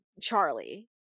Charlie